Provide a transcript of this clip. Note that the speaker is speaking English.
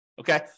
okay